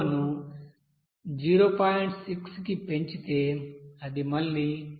6 కి పెంచితే అది మళ్లీ 0